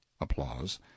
applause